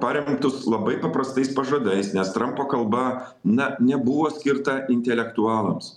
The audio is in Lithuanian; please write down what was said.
paremtus labai paprastais pažadais nes trampo kalba na nebuvo skirta intelektualams